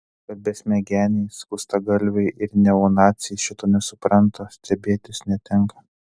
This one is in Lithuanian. kad besmegeniai skustagalviai ir neonaciai šito nesupranta stebėtis netenka